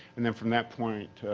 and and from that point,